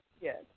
Yes